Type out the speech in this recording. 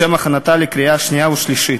לשם הכנתה לקריאה שנייה ושלישית.